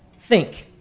think.